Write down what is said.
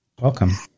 Welcome